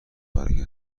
برای